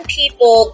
people